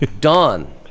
Dawn